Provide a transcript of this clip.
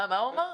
מה הוא ענה?